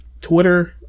Twitter